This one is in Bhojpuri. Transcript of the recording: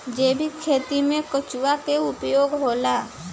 जैविक खेती मे केचुआ का उपयोग होला?